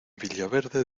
villaverde